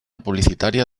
publicitaria